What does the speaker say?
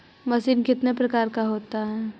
Machine कितने प्रकार का होता है?